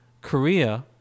Korea